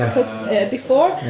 because before,